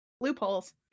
loopholes